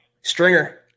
Stringer